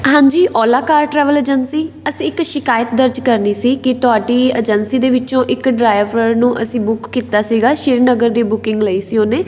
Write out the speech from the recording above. ਹਾਂਜੀ Ola car travel agency ਅਸੀਂ ਇੱਕ ਸ਼ਿਕਾਇਤ ਦਰਜ ਕਰਨੀ ਸੀ ਕਿ ਤੁਹਾਡੀ ਏਜੰਸੀ ਦੇ ਵਿੱਚੋਂ ਇੱਕ ਡਰਾਈਵਰ ਨੂੰ ਅਸੀਂ ਬੁੱਕ ਕੀਤਾ ਸੀਗਾ ਸ਼੍ਰੀਨਗਰ ਦੀ ਬੁਕਿੰਗ ਲਈ ਸੀ ਉਹਨੇ